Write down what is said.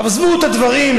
עזבו את הדברים,